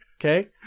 Okay